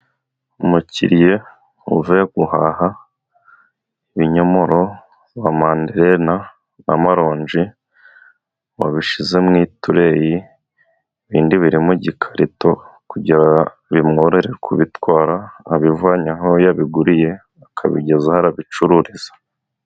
Umukiriya uvuye guhaha ibinyomoro, na manderena, n'amaronji, wabishize mu itureyi, ibindi biri mu gikarito, kugira bimworohere kubitwara, abivanye aho yabiguriye, akabigeza aho abicururiza.